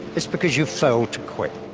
its because you failed to quit.